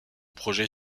projet